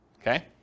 okay